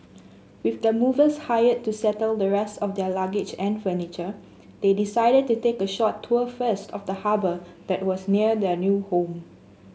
with the movers hired to settle the rest of their luggage and furniture they decided to take a short tour first of the harbour that was near their new home